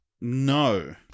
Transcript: no